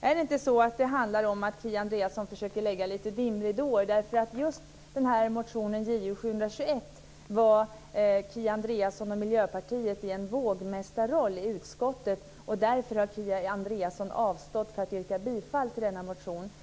Är det inte så att det handlar om att Kia Andreasson försöker lägga lite dimridåer, för just när det gällde motion Ju721 hade ju Kia Andreasson och Miljöpartiet en vågmästarroll i utskottet? Är det därför Kia Andreasson har avstått från att yrka bifall till denna motion?